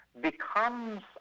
becomes